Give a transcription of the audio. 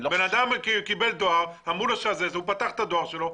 בן אדם קיבל דואר, הוא פתח את הדואר שלו.